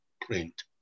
print